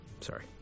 Sorry